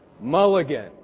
Mulligan